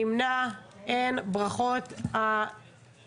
בסדר גמור, נהדר.